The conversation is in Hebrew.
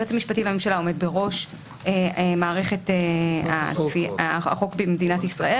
היועץ המשפטי לממשלה עומד בראש מערכת החוק במדינת ישראל.